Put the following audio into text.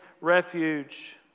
refuge